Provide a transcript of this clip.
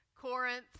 Corinth